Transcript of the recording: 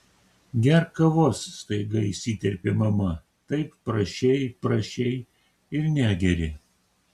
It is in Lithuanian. gerk kavos staiga įsiterpė mama taip prašei prašei ir negeri